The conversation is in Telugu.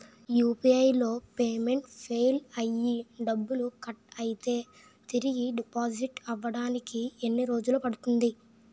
యు.పి.ఐ లో పేమెంట్ ఫెయిల్ అయ్యి డబ్బులు కట్ అయితే తిరిగి డిపాజిట్ అవ్వడానికి ఎన్ని రోజులు పడుతుంది?